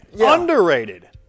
Underrated